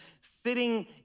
sitting